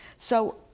so,